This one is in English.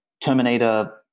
Terminator